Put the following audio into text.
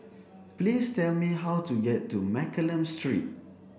please tell me how to get to Mccallum Street